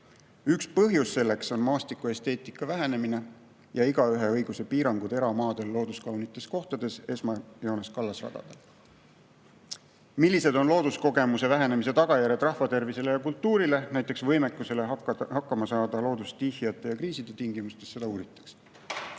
Üks põhjus selleks on maastikuesteetika vähenemine ja igaüheõiguse piirangud eramaadel looduskaunites kohtades, esmajoones kallasradadel. Millised on looduskogemuse vähenemise tagajärjed rahva tervisele ja kultuurile, näiteks võimekusele hakkama saada loodusstiihiate ja kriiside tingimustes, seda uuritakse.